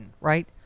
right